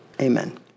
amen